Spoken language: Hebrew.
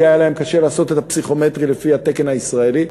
כי היה להם קשה לעשות את הפסיכומטרי לפי התקן הישראלי,